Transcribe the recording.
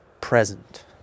present